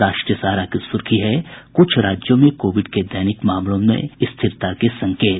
राष्ट्रीय सहारा की सुर्खी है कुछ राज्यों में कोविड के दैनिक मामलों में स्थिरता के संकेत